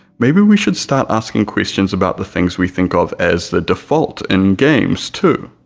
maybe we should start asking questions about the things we think of as the default in games too.